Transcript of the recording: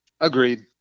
agreed